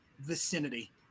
vicinity